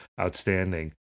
outstanding